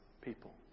people